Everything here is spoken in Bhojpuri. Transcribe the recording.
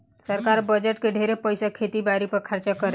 सरकार बजट के ढेरे पईसा खेती बारी पर खर्चा करेले